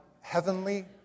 heavenly